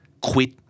quit